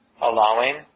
allowing